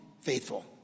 Faithful